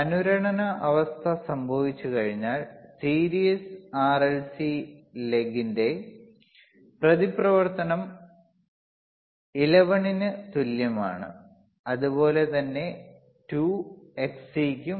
അനുരണന അവസ്ഥ സംഭവിച്ചുകഴിഞ്ഞാൽ series RLC ലെഗിന്റെ പ്രതിപ്രവർത്തനം Xl ന് തുല്യമാണ് അതുപോലെതന്നെ 2Xcക്കും